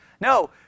No